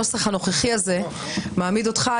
הנוסח הנוכחי הזה מעמיד אותך,